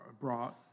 brought